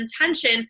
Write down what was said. intention